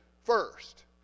first